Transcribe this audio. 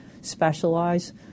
specialize